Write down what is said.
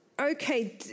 Okay